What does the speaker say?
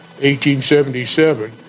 1877